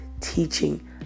teaching